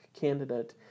candidate